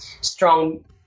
strong